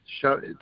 show